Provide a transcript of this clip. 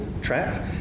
track